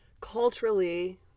culturally